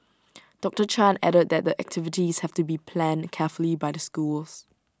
doctor chan added that the activities have to be planned carefully by the schools